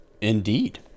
Indeed